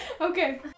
Okay